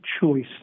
choice